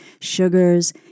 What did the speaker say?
sugars